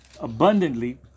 Abundantly